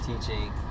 teaching